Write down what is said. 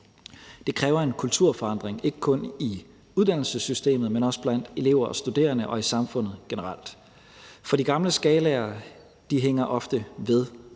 Det kræver en kulturforandring, ikke kun i uddannelsessystemet, men også blandt elever og studerende og i samfundet generelt. For de gamle skalaer hænger ofte ved. F.eks.